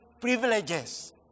privileges